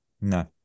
No